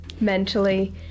mentally